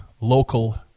local